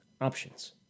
options